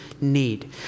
need